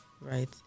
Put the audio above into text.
right